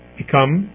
become